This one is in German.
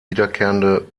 wiederkehrende